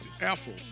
Apple